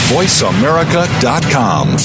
VoiceAmerica.com